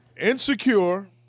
Insecure